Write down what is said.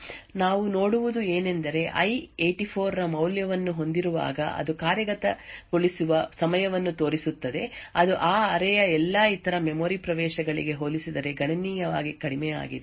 ಆದ್ದರಿಂದ ನೀವು ಹಿಂತಿರುಗಿ ಮತ್ತು ಈ ನಿರ್ದಿಷ್ಟ ಸ್ಲೈಡ್ ಅನ್ನು ನೋಡಿದರೆ ನಾವು ನೋಡುವುದು ಏನೆಂದರೆ ಐ 84 ರ ಮೌಲ್ಯವನ್ನು ಹೊಂದಿರುವಾಗ ಅದು ಕಾರ್ಯಗತಗೊಳಿಸುವ ಸಮಯವನ್ನು ತೋರಿಸುತ್ತದೆ ಅದು ಆ ಅರೇ ಯ ಎಲ್ಲಾ ಇತರ ಮೆಮೊರಿ ಪ್ರವೇಶಗಳಿಗೆ ಹೋಲಿಸಿದರೆ ಗಣನೀಯವಾಗಿ ಕಡಿಮೆಯಾಗಿದೆ